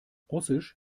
russisch